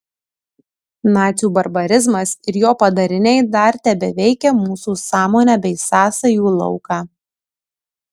nacių barbarizmas ir jo padariniai dar tebeveikia mūsų sąmonę bei sąsajų lauką